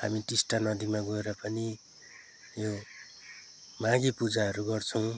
हामी टिस्टा नदीमा गएर पनि यो माघी पूजाहरू गर्छौँ